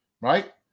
right